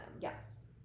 Yes